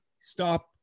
stop